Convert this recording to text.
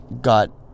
got